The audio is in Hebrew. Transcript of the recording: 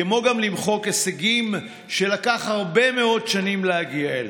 כמו גם למחוק הישגים שנדרשו הרבה מאוד שנים להגיע אליהם.